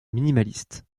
minimaliste